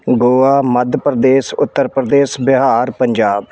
Goa Madhya Pradesh Uttar Pradesh Bihar Punjab